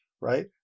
right